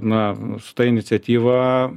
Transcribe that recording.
na su ta iniciatyva